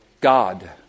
God